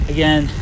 Again